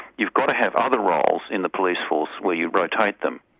you've got to have other roles in the police force where you rotate them.